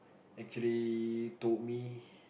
actually told me